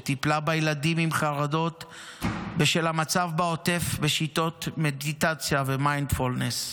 שטיפלה בילדים עם חרדות בשל המצב בעוטף בשיטות מדיטציה ומיינדפולנס,